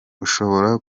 ushobora